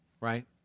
right